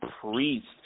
Priest